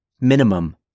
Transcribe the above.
minimum